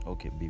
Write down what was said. Okay